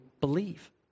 believe